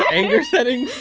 anger settings?